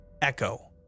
Echo